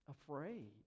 afraid